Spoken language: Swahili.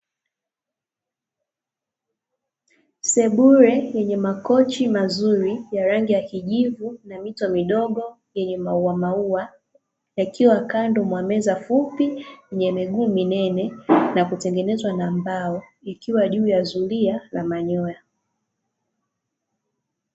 Sebule yenye makochi mazuri ya rangi ya kijivu na mito midogo yenye maua maua yakiwa kando mwa meza fupi, yenye miguu minene na kutengenezwa na mbao, ikiwa juu ya zuria la manyoya.